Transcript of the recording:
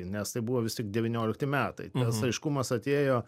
nes tai buvo vis tik devyniolikti metai tas aiškumas atėjo